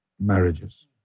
marriages